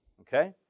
Okay